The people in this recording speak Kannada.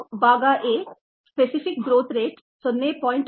ಇದು ಭಾಗ a ಸ್ಪೆಸಿಫಿಕ್ ಗ್ರೋಥ್ ರೇಟ್ 0